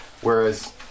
whereas